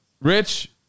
Rich